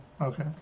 Okay